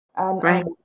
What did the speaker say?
Right